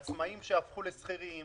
עצמאים שהפכו לשכירים,